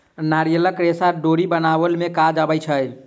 नारियलक रेशा डोरी बनाबअ में काज अबै छै